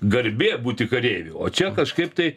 garbė būti kareiviu o čia kažkaip tai